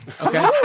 Okay